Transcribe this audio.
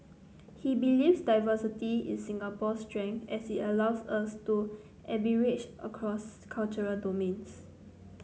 he believes diversity is Singapore's strength as it allows us to arbitrage across cultural domains